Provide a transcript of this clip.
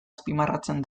azpimarratzen